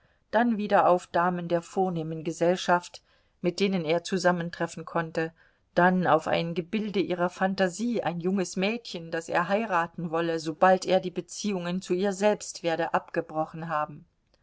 dann wieder auf damen der vornehmen gesellschaft mit denen er zusammentreffen konnte dann auf ein gebilde ihrer phantasie ein junges mädchen das er heiraten wolle sobald er die beziehungen zu ihr selbst werde abgebrochen haben